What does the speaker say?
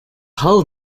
hull